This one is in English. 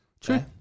true